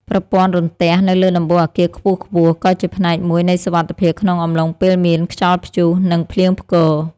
ប្រព័ន្ធរន្ទះនៅលើដំបូលអគារខ្ពស់ៗក៏ជាផ្នែកមួយនៃសុវត្ថិភាពក្នុងអំឡុងពេលមានខ្យល់ព្យុះ និងភ្លៀងផ្គរ។